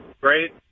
Great